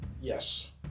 Yes